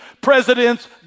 presidents